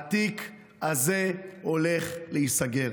התיק הזה הולך להיסגר.